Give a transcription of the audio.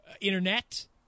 internet